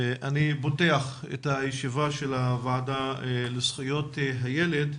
אני פותח את הישיבה של הוועדה לזכויות הילד,